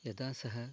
यदा सः